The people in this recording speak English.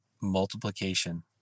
multiplication